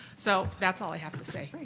so that's all i have to say.